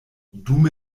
dume